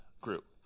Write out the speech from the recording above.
group